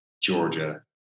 Georgia